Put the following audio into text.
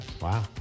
wow